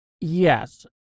Yes